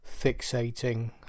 fixating